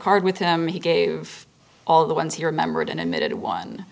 card with him he gave all the ones he remembered and admitted it one